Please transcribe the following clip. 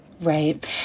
Right